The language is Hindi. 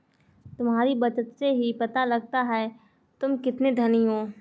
तुम्हारी बचत से ही पता लगता है तुम कितने धनी हो